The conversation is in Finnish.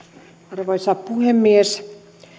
arvoisa puhemies